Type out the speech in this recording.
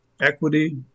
equity